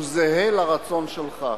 זהה לרצון שלך,